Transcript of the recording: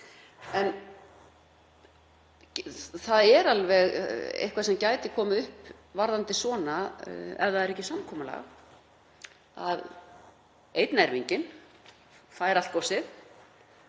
Það er alveg eitthvað sem gæti komið upp varðandi svona hluti, ef það er ekki samkomulag, að einn erfinginn fær allt góssið,